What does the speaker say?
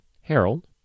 Harold